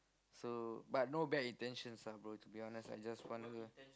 so but no bad intentions lah bro to be honest I just want a girl